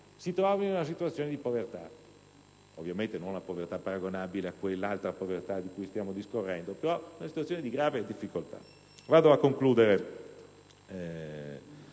si trovano una situazione di povertà; ovviamente, non una povertà paragonabile a quell'altra povertà di cui stiamo discorrendo, però in una situazione di grave difficoltà. Vado a concludere,